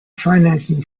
financing